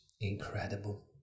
incredible